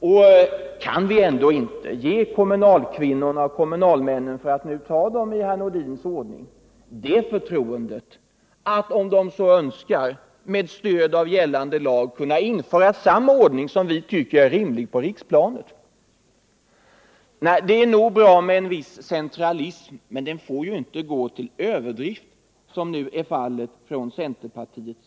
Men kan vi ändå inte ge kommunalkvinnorna och kommunalmännen, för att nu ta dem i herr Nordins ordning, det förtroendet att om de så önskar skall de, med stöd av gällande lag, kunna införa samma ordning i kommunerna som vi tycker är rimlig på riksplanet? Nej, det är nog bra med en viss centralism, men den får ju inte gå till överdrift, som nu är fallet när det gäller centerpartiet.